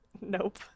Nope